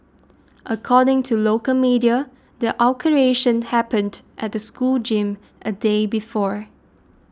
according to local media the altercation happened at the school gym a day before